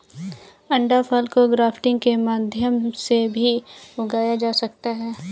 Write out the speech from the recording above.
अंडाफल को ग्राफ्टिंग के माध्यम से भी उगाया जा सकता है